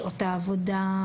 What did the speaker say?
שעות העבודה,